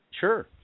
Sure